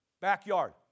backyard